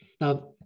now